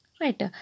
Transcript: Right